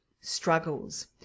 struggles